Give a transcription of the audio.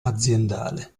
aziendale